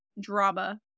drama